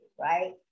right